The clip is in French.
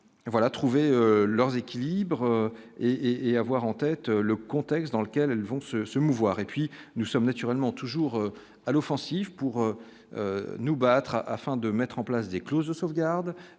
voilà trouver leurs équilibres et et avoir en tête le contexte dans lequel vont se se mouvoir et puis nous sommes naturellement toujours à l'offensive pour nous battre afin de mettre en place des clauses de sauvegarde